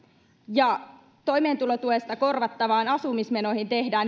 ja toimeentulotuesta korvattaviin asumismenoihin tehdään